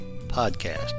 podcast